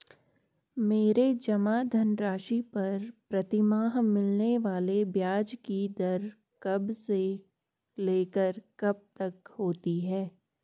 मेरे जमा धन राशि पर प्रतिमाह मिलने वाले ब्याज की दर कब से लेकर कब तक होती है?